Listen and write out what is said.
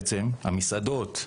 המסעדות,